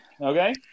okay